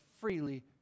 freely